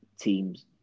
teams